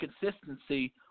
consistency